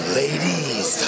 ladies